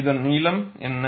இதன் நீளம் என்ன